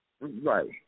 Right